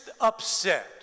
upset